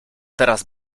teraz